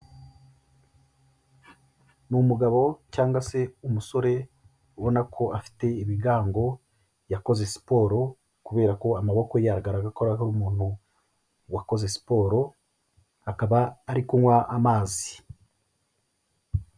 Ni umugabo cyangwa se umusore, ubona ko afite ibigango, yakoze siporo kubera ko amaboko ye aragaragara ko ari umuntu wakoze siporo akaba ari kunywa amazi.